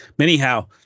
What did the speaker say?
Anyhow